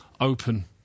open